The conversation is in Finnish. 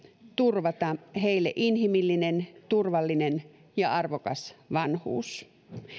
turvata heille inhimillinen turvallinen ja arvokas vanhuus